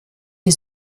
die